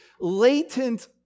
latent